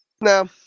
No